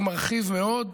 שהוא מרחיב מאוד,